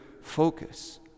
focus